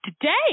today